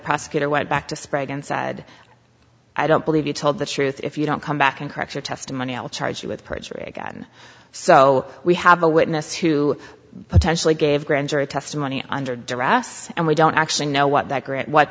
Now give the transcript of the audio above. prosecutor went back to spread and said i don't believe you told the truth if you don't come back and correct your testimonial charged with perjury again so we have a witness who potentially gave grand jury testimony under duress and we don't actually know what that